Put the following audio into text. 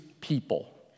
people